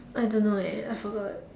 I don't know eh I forgot